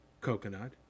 coconut